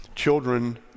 children